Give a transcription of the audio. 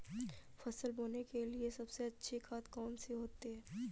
फसल बोने के लिए सबसे अच्छी खाद कौन सी होती है?